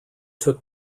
took